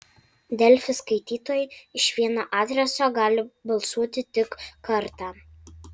delfi skaitytojai iš vieno adreso gali balsuoti tik kartą